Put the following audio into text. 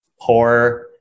poor